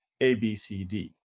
ABCD